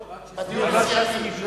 לא הבנתי.